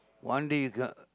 one day you got